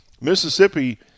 Mississippi